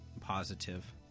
positive